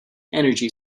energy